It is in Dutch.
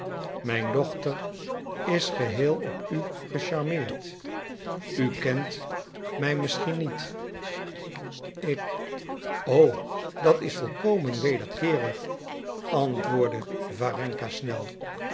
mijn dochter is geheel op u gecharmeerd u kent mij misschien niet ik o dat is volkomen wederkeerig antwoordde warenka snel